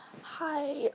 Hi